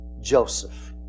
Joseph